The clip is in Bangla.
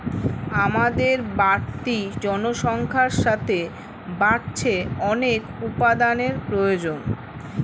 আমাদের বাড়তি জনসংখ্যার সাথে বাড়ছে অনেক উপাদানের প্রয়োজন